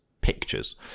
pictures